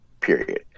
period